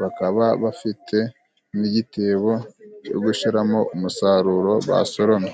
bakaba bafite n'igitebo cyo gushiramo umusaruro basoromye.